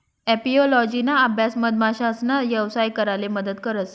एपिओलोजिना अभ्यास मधमाशासना यवसाय कराले मदत करस